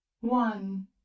One